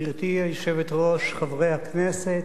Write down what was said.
גברתי היושבת-ראש, חברי הכנסת,